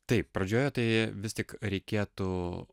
taip pradžioje tai vis tik reikėtų